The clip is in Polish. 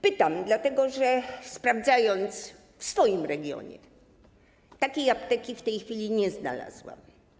Pytam dlatego, że sprawdzając w swoim regionie, takiej apteki w tej chwili nie znalazłam.